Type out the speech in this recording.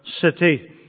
city